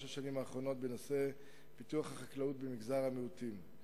השנים האחרונות בנושא פיתוח החקלאות במגזר המיעוטים.